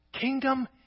Kingdom